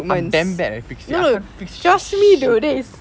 I'm damn bad at fixing I can't fix shit